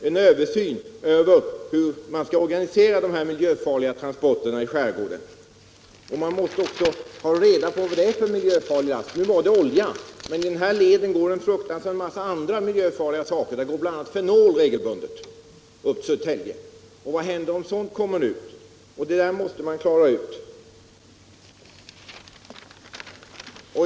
Det kanske inte är statsrådet Antonssons uppgift, utan det får bli ett samarbete. Man måste också ha reda på vad det är för miljöfarlig last. Nu 69 var det olja, men i den här leden fraktas många andra miljöfarliga saker — där fraktas bl.a. fenol regelbundet upp till Södertälje. Vad händer om sådant kommer ut? Detta måste man klargöra.